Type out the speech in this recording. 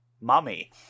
Mummy